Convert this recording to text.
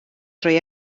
drwy